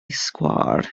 sgwâr